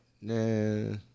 Nah